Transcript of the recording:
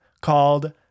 called